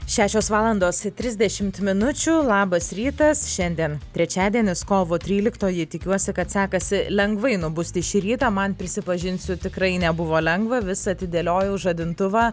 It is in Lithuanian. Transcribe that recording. šešios valandos trisdešimt minučių labas rytas šiandien trečiadienis kovo tryliktoji tikiuosi kad sekasi lengvai nubusti šį rytą man prisipažinsiu tikrai nebuvo lengva vis atidėliojau žadintuvą